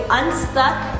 unstuck